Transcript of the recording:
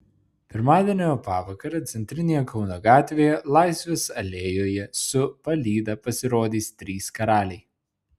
pirmadienio pavakarę centrinėje kauno gatvėje laisvės alėjoje su palyda pasirodys trys karaliai